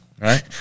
right